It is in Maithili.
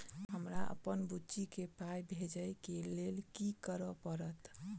हमरा अप्पन बुची केँ पाई भेजइ केँ लेल की करऽ पड़त?